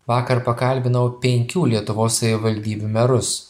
vakar pakalbinau penkių lietuvos savivaldybių merus